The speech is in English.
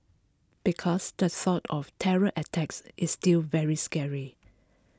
because the thought of terror attacks is still very scary